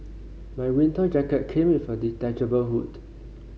my winter jacket came with a detachable hood